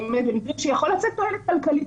באמת במקרים שיכולים להניב תועלת כלכלית